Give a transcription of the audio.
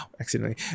accidentally